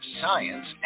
science